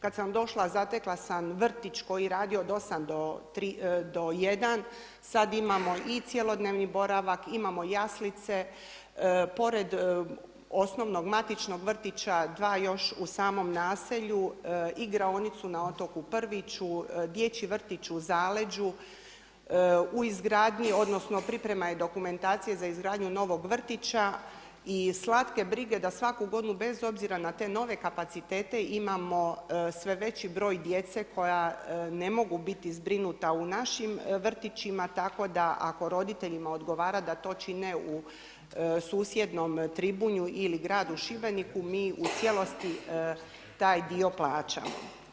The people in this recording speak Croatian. Kad sam došla zatekla sam vrtić koji je radio od 8 do 1. Sad imamo i cjelodnevni boravak, imamo jaslice, pored osnovnog matičnog vrtića dva još u samom naselju, igraonicu na otoku Prviću, dječji vrtić u Zaleđu, u izgradnji, odnosno priprema je dokumentacije za izgradnju novog vrtića i slatke brige da svaku godinu bez obzira na te nove kapacitete, imamo sve veći broj djece koja ne mogu biti zbrinuta u našim vrtićima, tako da ako roditeljima odgovara da to čine u susjednom Tribunju ili gradu Šibeniku, mi u cijelosti taj dio plaćamo.